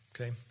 okay